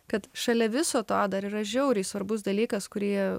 kad šalia viso to dar yra žiauriai svarbus dalykas kurį